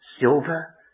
silver